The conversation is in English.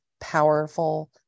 powerful